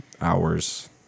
hours